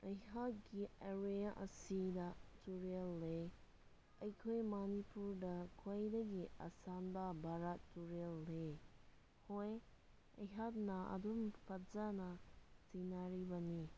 ꯑꯩꯈꯣꯏꯒꯤ ꯑꯦꯔꯤꯌꯥ ꯑꯁꯤꯗ ꯇꯨꯔꯦꯜ ꯂꯩ ꯑꯩꯈꯣꯏ ꯃꯥꯅꯤꯄꯨꯔꯗ ꯈ꯭ꯋꯥꯏꯗꯒꯤ ꯑꯁꯝꯕ ꯕꯔꯥꯛ ꯇꯨꯔꯦꯜ ꯂꯩ ꯍꯣꯏ ꯑꯩꯍꯥꯛꯅ ꯑꯗꯨꯝ ꯐꯖꯅ ꯁꯦꯟꯅꯔꯤꯕꯅꯤ